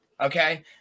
Okay